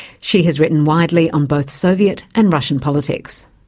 she has written widely on both soviet and russian politics.